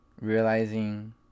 realizing